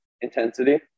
intensity